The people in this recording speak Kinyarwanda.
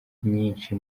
nyinshi